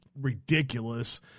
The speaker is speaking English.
ridiculous